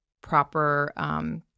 proper